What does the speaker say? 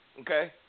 Okay